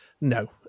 No